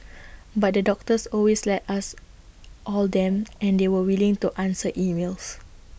but the doctors always let us all them and they were willing to answer emails